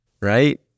right